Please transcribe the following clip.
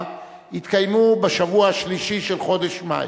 יתקיימו בשבוע השלישי של חודש מאי,